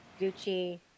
Gucci